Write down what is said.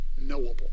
knowable